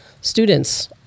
students